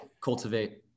cultivate